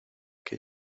que